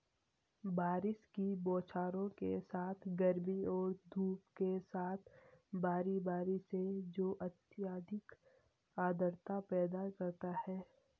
बारिश की बौछारों के साथ गर्मी और धूप के साथ बारी बारी से जो अत्यधिक आर्द्रता पैदा करता है